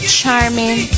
charming